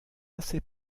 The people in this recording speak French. assez